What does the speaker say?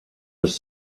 was